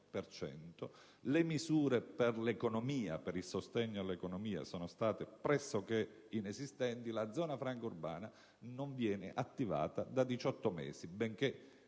le misure per il sostegno all'economia sono state pressoché inesistenti, la zona franca urbana non viene attivata da 18 mesi, benché